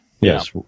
Yes